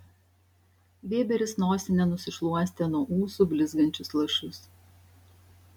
vėberis nosine nusišluostė nuo ūsų blizgančius lašus